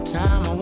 time